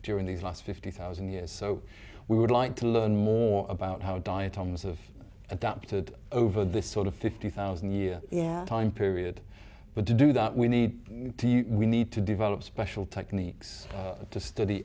during these last fifty thousand years so we would like to learn more about how diatoms of adapted over this sort of fifty thousand year yeah time period but to do that we need we need to develop special techniques to study